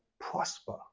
prosper